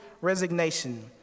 resignation